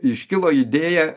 iškilo idėja